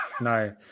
No